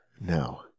now